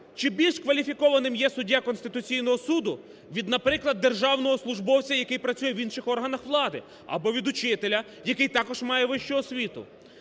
чи більш кваліфікованим є суддя Конституційного Суду від, наприклад, державного службовця, який працює в інших органах влади, або від учителя, який також має вищу освіту.